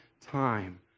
time